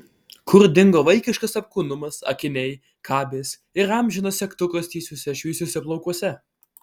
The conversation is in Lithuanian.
kur dingo vaikiškas apkūnumas akiniai kabės ir amžinas segtukas tiesiuose šviesiuose plaukuose